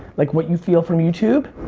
like what you feel from youtube,